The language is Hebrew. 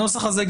הנוסח הזה,